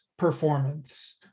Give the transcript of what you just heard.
performance